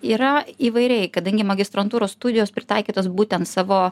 yra įvairiai kadangi magistrantūros studijos pritaikytos būtent savo